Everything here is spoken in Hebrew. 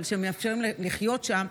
אבל מאפשרות להם לחיות שם,